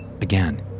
Again